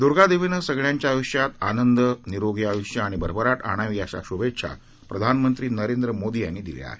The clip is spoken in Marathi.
दुर्गादेवीनं सगळ्यांच्या आयुष्यात आनंद निरोगी आयुष्य आणि भरभराट आणावी अशा शुभेच्छा प्रधानमंत्री नरेंद्र मोदी यांनी दिल्या आहेत